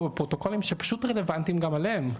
בפרוטוקולים שפשוט רלוונטיים גם אליהם.